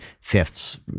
fifths